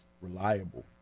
reliable